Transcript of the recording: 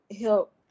help